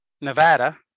Nevada